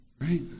Right